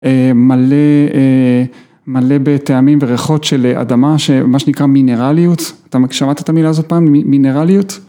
מלא, מלא בטעמים וריחות של אדמה, שמה שנקרא מינרליות, אתה שמעת את המילה הזאת פעם? מינרליות?